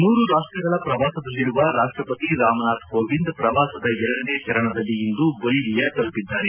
ಮೂರು ರಾಷ್ಟ್ರಗಳ ಪ್ರವಾಸದಲ್ಲಿರುವ ರಾಷ್ಟ್ರಪತಿ ರಾಮನಾಥ್ ಕೋವಿಂದ್ ಪ್ರವಾಸದ ಎರಡನೇ ಚರಣದಲ್ಲಿ ಇಂದು ಬೊಲಿವಿಯಾ ತಲುಪಿದ್ದಾರೆ